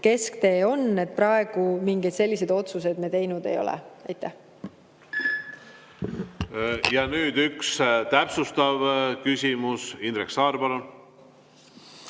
kesktee on. Praegu mingeid selliseid otsuseid me teinud ei ole. Ja nüüd üks täpsustav küsimus. Indrek Saar,